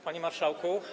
Panie Marszałku!